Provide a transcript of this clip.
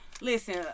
Listen